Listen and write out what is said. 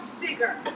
bigger